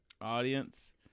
Audience